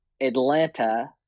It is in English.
Atlanta